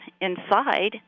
inside